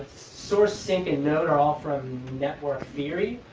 source, sink, and node are all from network theory.